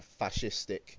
fascistic